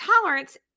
tolerance